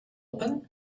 open